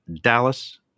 Dallas